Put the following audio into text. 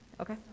okay